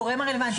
הגורם הרלוונטי.